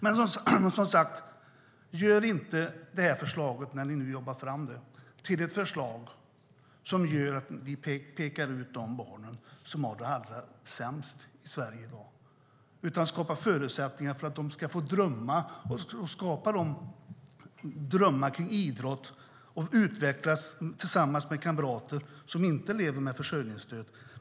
Men, som sagt: Gör inte det här förslaget, när ni nu jobbar fram det, till ett förslag som gör att vi pekar ut de barn som har det allra sämst i Sverige i dag, utan skapa förutsättningar för att de ska få skapa drömmar kring idrott och utvecklas tillsammans med kamrater som inte lever med försörjningsstöd!